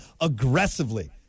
aggressively